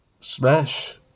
Smash